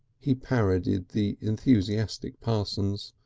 he parodied the enthusiastic parsons,